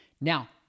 Now